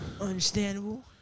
Understandable